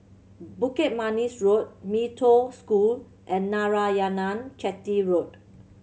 Bukit Manis Road Mee Toh School and Narayanan Chetty Road